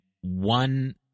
one